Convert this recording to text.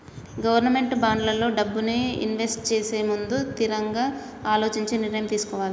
government బాండ్లల్లో డబ్బుని invest చేసేముందు తిరంగా అలోచించి నిర్ణయం తీసుకోవాలే